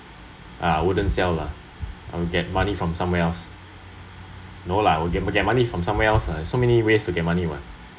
ah I wouldn’t sell lah I’ll get money from somewhere else no lah I can get money from somewhere else lah so many ways to get money [what]